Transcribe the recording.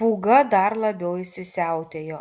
pūga dar labiau įsisiautėjo